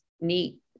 neat